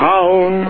Town